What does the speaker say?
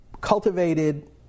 cultivated